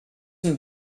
and